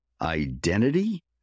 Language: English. identity